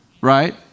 right